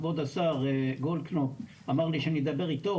כבוד השר גולדקנוף אמר לי שאני אדבר איתו